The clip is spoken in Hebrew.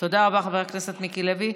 תודה רבה, חבר הכנסת מיקי לוי.